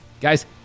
Guys